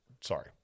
Sorry